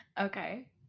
okay